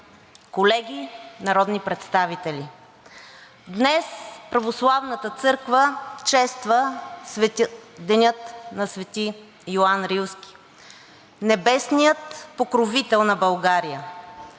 колеги народни представители! Днес Православната църква чества деня на Свети Йоан Рилски – небесния покровител на България.